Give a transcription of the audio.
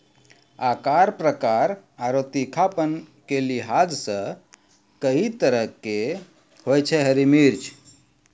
आकार, प्रकार आरो तीखापन के लिहाज सॅ कई तरह के होय छै हरी मिर्च